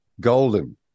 golden